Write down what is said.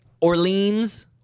orleans